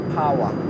power